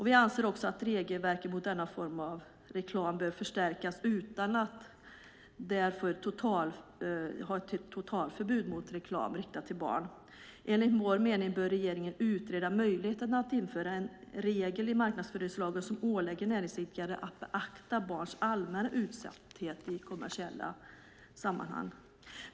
Vi anser också att regelverket mot denna form av reklam bör förstärkas utan att det införs ett totalförbud mot reklam riktad till barn. Enligt vår mening bör regeringen utreda möjligheten att införa en regel i marknadsföringslagen som ålägger näringsidkare att beakta barns allmänna utsatthet i kommersiella sammanhang.